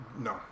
No